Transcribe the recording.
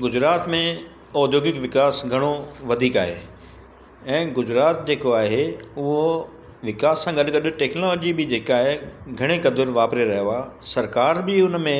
गुजरात में औद्योगिक विकास घणो वधीक आहे ऐं गुजरात जेको आहे उहो विकास सां गॾु गॾु टैक्नोलॉजी बि जेका आहे घणे क़द्रु वापरे रहियो आहे सरकार बि उन में